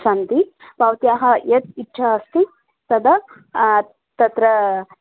सन्ति भवत्याः यत् इच्छा अस्ति तदा तत्र